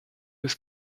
des